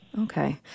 Okay